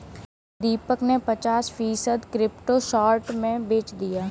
दीपक ने पचास फीसद क्रिप्टो शॉर्ट में बेच दिया